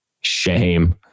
Shame